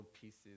pieces